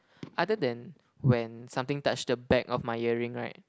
other than when something touch the back of my earring right